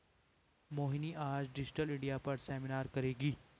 मोहिनी आज Digital India पर seminar करेगी